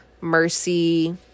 Mercy